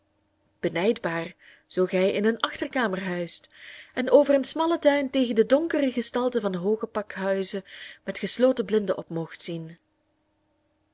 benijdbaar zoo gij in een achterkamer huist en over een smallen tuin tegen de donkere gestalten van hooge pakhuizen met gesloten blinden op moogt zien